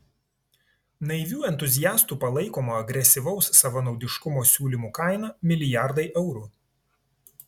naivių entuziastų palaikomo agresyvaus savanaudiškumo siūlymų kaina milijardai eurų